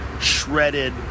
shredded